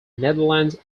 netherlands